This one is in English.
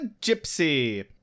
gypsy